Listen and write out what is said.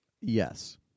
Yes